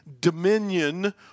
dominion